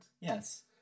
Yes